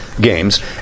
games